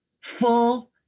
full